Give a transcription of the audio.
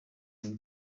bintu